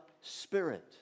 Spirit